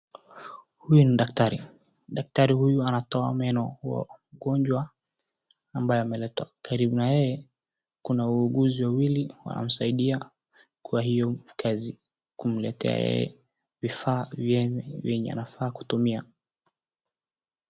Huyu ni daktari, daktari huyu anatoa meno mgonjwa ambaye ameletwa. Karibu na yeye kuna wauguzi wawili wanamsaidia kwa hiyo kazi kumletea yeye vifaa vyenye anafaa kutumia.